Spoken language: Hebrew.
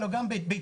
אלא גם ביתיים.